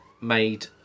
made